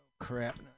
crap